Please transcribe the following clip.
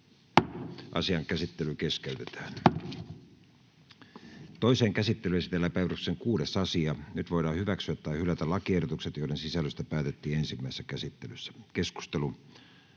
Ruotsi. — Kiitos. Toiseen käsittelyyn esitellään päiväjärjestyksen 5. asia. Nyt voidaan hyväksyä tai hylätä lakiehdotus, jonka sisällöstä päätettiin ensimmäisessä käsittelyssä. — Keskustelu,